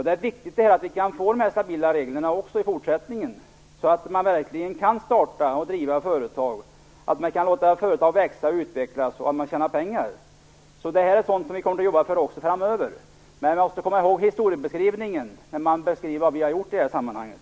Det är viktigt att vi kan ha stabila regler också i fortsättningen så att man verkligen kan starta och driva företag, att man kan låta företag växa och utvecklas och att företagare kan tjäna pengar. Det är sådant som vi kommer att arbeta för även framöver. Men vi måste som sagt komma ihåg historieskrivningen. Man bör beskriva vad vi har gjort i det här sammanhanget.